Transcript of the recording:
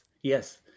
yes